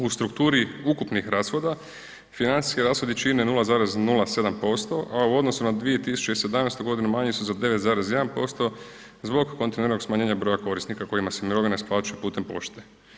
U strukturi ukupnih rashoda, financijski rashodi čine 0,07%, a u odnosu na 2017.g. manji su za 9,1% zbog kontinuiranog smanjenja broja korisnika kojima se mirovine isplaćuju putem pošte.